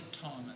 Thomas